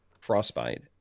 Frostbite